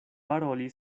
paroli